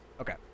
Okay